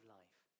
life